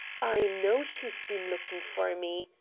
i know she's been looking for me,